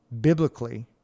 biblically